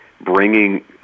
bringing